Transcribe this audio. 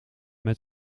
met